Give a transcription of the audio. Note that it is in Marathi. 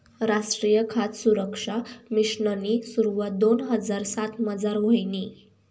रासट्रीय खाद सुरक्सा मिशननी सुरवात दोन हजार सातमझार व्हयनी